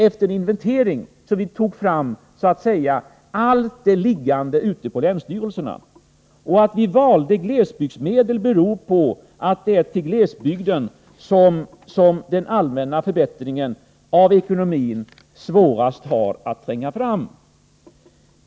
Efter en inventering tog vi fram så att säga allt det som fanns liggande ute på länsstyrelserna. Att vi valde glesbygdsmedel beror på att det är till glesbygden som den allmänna förbättringen av ekonomin har svårast att tränga fram.